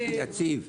יציב,